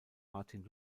martin